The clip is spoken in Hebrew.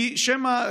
שמא,